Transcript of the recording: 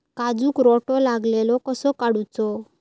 काजूक रोटो लागलेलो कसो काडूचो?